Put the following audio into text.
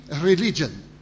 religion